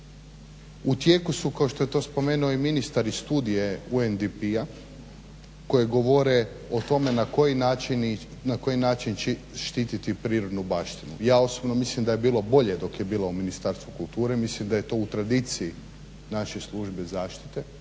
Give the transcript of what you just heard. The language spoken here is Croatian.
U tijeku su kao što je to spomenuo i ministar studije UNDP-a koje govore o tome na koji način štititi prirodnu baštinu. Ja osobno mislim da je bilo bolje dok je bila u Ministarstvu kulture. Mislim da je to u tradiciji naše službe zaštite.